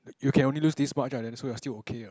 you can only lose this much ah then so you're still okay ah